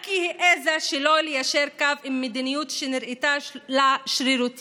רק כי היא העיזה שלא ליישר קו עם מדיניות שנראתה לה שרירותית.